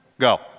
Go